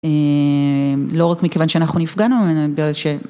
לא רק מכיוון שאנחנו נפגענו ממנה אלא בגלל ש